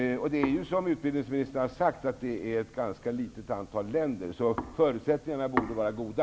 Som utbildningsministern sagt gäller det ett ganska litet antal länder, och förutsättningarna borde därför vara goda.